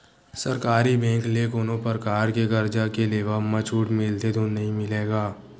सरकारी बेंक ले कोनो परकार के करजा के लेवब म छूट मिलथे धून नइ मिलय गा?